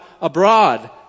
abroad